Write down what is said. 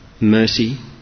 mercy